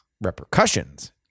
repercussions